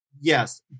Yes